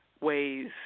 ways